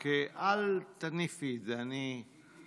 רק אל תניפי את זה, אני מבקש.